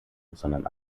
sondern